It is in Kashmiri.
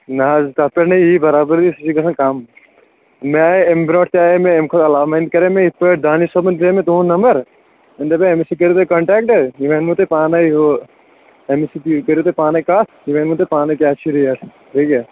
نہ حظ تتھ پٮ۪ٹھ نے یی برابٔدی سُہ چھ گژھان کم مےٚ آیے امہِ برونٹھ تہِ آیے مےٚ امہِ کھۄتہٕ علاوٕ وۄنۍ کَرے مےٚ اِتھ پٲٹھۍ دانش صٲبن دِژے مےٚ تُہُند نمبر أمۍ دپے أمس سۭتۍ کٔرو تُہۍ کنٹیکٹ یِم ونے نو تۄہہِ پانے ہُہ أمس سۭتۍ کٔرِو تُہۍ پانے کتھ یہِ ونہِ وٕ تۄہہِ پانے ریٹ بیٚیہِ کیاہ